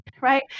right